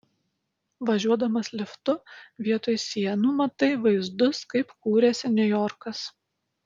važiuodamas liftu vietoj sienų matai vaizdus kaip kūrėsi niujorkas